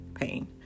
pain